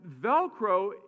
Velcro